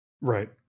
Right